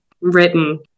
written